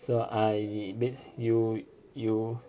so I means you you